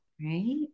right